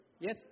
Yes